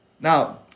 Now